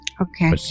Okay